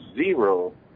zero